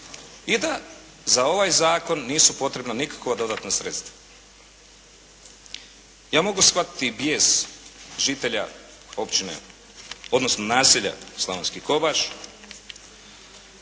i da za ovaj Zakon nisu potrebna nikakva dodatna sredstva. Ja mogu shvatiti bijes žitelja općine, odnosno naselja Slavonski Kobaš